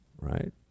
Right